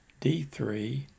D3